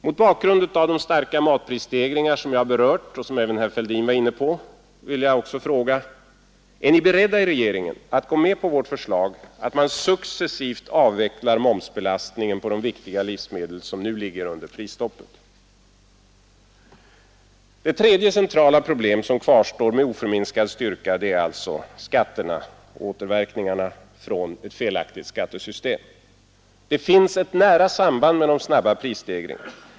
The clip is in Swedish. Mot bakgrund av de starka matprisstegringar som jag har berört och som även herr Fälldin var inne på vill jag fråga: Är ni i regeringen beredda att gå med på vårt förslag att man successivt avvecklar momsbelastningen på de viktiga livsmedel som nu ligger under prisstoppet? Det tredje centrala problem som kvarstår med oförminskad styrka är alltså skatterna återverkningarna från ett felaktigt skattesystem. Här finns ett nära samband med de snabba prisstegringarna.